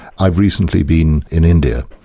i've recently been in india,